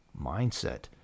mindset